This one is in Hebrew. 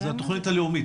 זו התוכנית הלאומית.